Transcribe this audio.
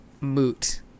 moot